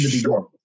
Sure